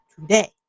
today